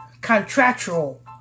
contractual